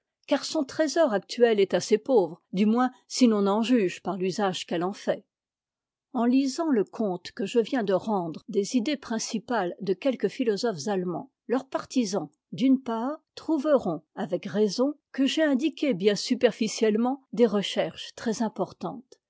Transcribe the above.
car son trésor actuel est assez pauvre du moins si l'on en juge par l'usage qu'elle en fait en lisant le compte que je viens de rendre des idées principales de quelques philosophes allemands leurs partisans d'une part trouveront avec raison que j'ai indiqué bien superficiellement des recherches